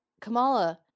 Kamala